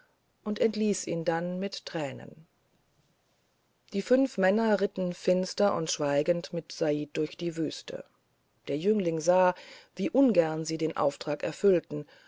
und entließ ihn dann mit tränen die fünf männer ritten finster und schweigend mit said durch die wüste der jüngling sah wie ungern sie den auftrag erfüllten